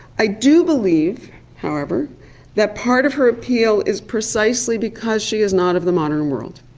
i do believe however that part of her appeal is precisely because she is not of the modern world,